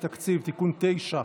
(תיקון מס' 9)